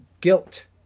guilt